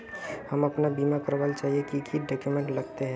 हम अपन बीमा करावेल चाहिए की की डक्यूमेंट्स लगते है?